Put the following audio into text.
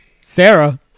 Sarah